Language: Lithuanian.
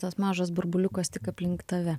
tas mažas burbuliukas tik aplink tave